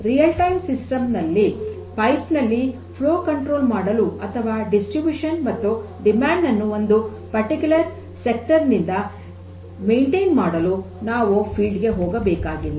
ನೈಜ ಸಮಯ ವ್ಯವಸ್ಥೆಯಲ್ಲಿ ಕೊಳವೆಯಲ್ಲಿ ನೀರಿನ ಹರಿವನ್ನು ನಿಯಂತ್ರಿಸಲು ಅಥವಾ ವಿತರಣೆ ಮತ್ತು ಬೇಡಿಕೆಯನ್ನು ಒಂದು ನಿರ್ಧಿಷ್ಟ ವಲಯದಿಂದ ನಿರ್ವಹಿಸಲು ನಾವು ಕ್ಷೇತ್ರಕ್ಕೆ ಹೋಗಬೇಕಾಗಿಲ್ಲ